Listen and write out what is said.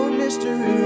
mystery